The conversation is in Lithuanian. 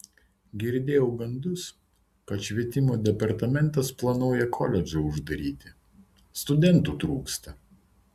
girdėjau gandus kad švietimo departamentas planuoja koledžą uždaryti studentų trūksta